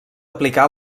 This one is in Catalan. aplicar